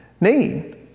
need